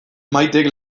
maitek